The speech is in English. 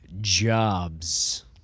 jobs